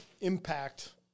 impact